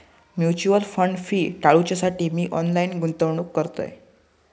mutual fund fee टाळूच्यासाठी मी online गुंतवणूक करतय